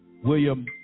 William